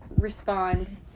respond